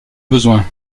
besoin